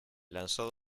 lanzó